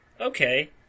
Okay